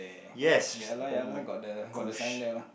yes oh-my-gosh